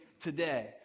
today